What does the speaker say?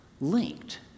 linked